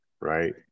right